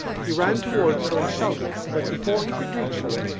he ran towards her and shouted, but, before he could reach her,